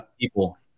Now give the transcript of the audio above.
people